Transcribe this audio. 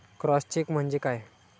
Cross check म्हणजे काय?